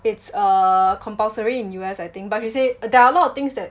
it's err compulsory in U_S I think but she say there are a lot of things that